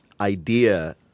idea